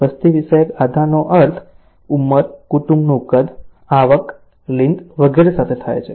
વસ્તી વિષયક આધારનો અર્થ ઉંમર કુટુંબનું કદ આવક લિંગ વગેરે સાથે થાય છે